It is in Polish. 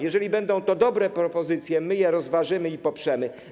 Jeżeli będą to dobre propozycje, my je rozważymy i poprzemy.